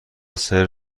سرو